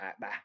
Bye